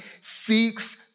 seeks